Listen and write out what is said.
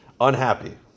unhappy